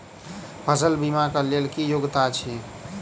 फसल बीमा केँ लेल की योग्यता अछि?